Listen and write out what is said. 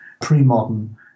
pre-modern